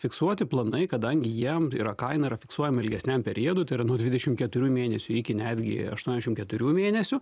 fiksuoti planai kadangi jiem yra kaina yra fiksuojama ilgesniam periodui tai yra nuo dvidešim keturių mėnesių iki netgi aštuoniasdešim keturių mėnesių